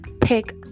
pick